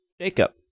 Jacob